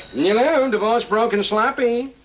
hello. divorced broke and sloppy.